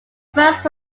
first